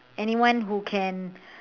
anyone who can